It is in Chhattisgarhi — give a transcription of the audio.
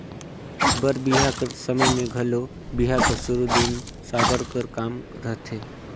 बर बिहा कर समे मे घलो बिहा कर सुरू दिन साबर कर काम रहथे